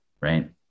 right